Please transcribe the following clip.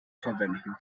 verwenden